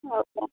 okay